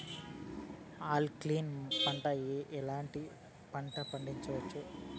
Alkaline మట్టి లో ఎట్లాంటి పంట పండించవచ్చు,?